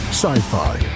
sci-fi